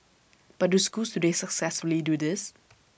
but do schools today successfully do this